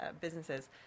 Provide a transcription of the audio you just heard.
businesses